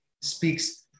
speaks